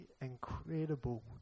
incredible